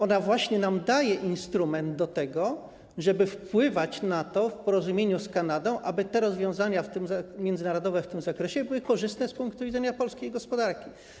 Ona właśnie nam daje instrument do tego, żeby wpływać na to w porozumieniu z Kanadą, aby te rozwiązania międzynarodowe w tym zakresie były korzystne z punktu widzenia polskiej gospodarki.